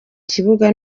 kibuga